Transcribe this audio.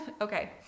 Okay